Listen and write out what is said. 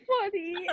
funny